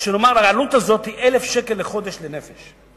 שהעלות הזאת היא 1,000 שקל לחודש לנפש.